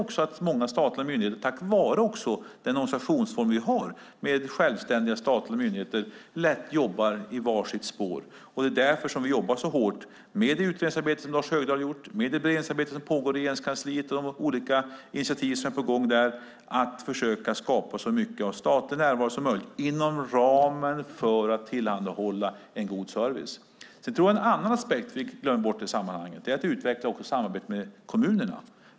På grund av den organisationsform vi har med självständiga statliga myndigheter jobbar de lätt i var sitt spår. Med det utredningsarbete som Lars Högdahl har gjort, det beredningsarbete som pågår i Regeringskansliet och de initiativ som är på gång där försöker vi skapa så mycket statlig närvaro som möjligt för att tillhandahålla en god service. En annan aspekt som vi glömmer bort i sammanhanget är att vi måste utveckla samarbetet med kommunerna.